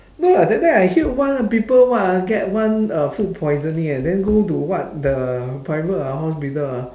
no ah that time I heard one people what ah get one uh food poisoning and then go to what the private uh hospital ah